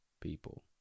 people